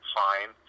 fine